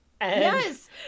yes